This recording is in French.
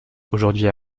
aujourd’hui